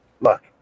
Look